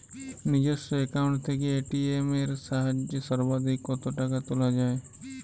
নিজস্ব অ্যাকাউন্ট থেকে এ.টি.এম এর সাহায্যে সর্বাধিক কতো টাকা তোলা যায়?